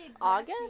August